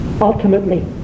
ultimately